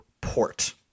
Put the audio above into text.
port